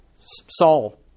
Saul